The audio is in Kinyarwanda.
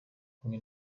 hamwe